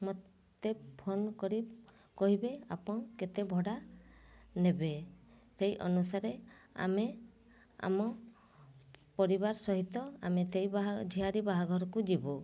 ମୋତେ ଫୋନ୍ କରି କହିବେ ଆପଣ କେତେ ଭଡ଼ା ନେବେ ସେହି ଅନୁସାରେ ଆମେ ଆମ ପରିବାର ସହିତ ଆମେ ତ ଝିଆରୀ ବାହାଘରକୁ ଯିବୁ